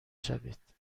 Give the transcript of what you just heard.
شوید